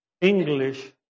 English